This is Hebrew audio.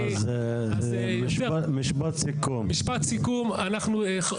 הייתה פה ישיבה עם משרד השיכון והתברר